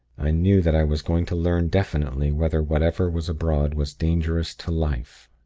i knew that i was going to learn definitely whether whatever was abroad was dangerous to life.